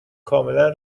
کاملا